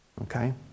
Okay